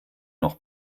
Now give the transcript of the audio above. noch